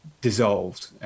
dissolved